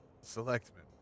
selectman